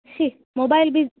she mobile B